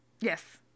Yes